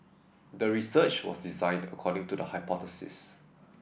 the research was designed according to the hypothesis